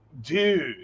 dude